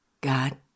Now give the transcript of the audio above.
God